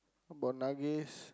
about Nages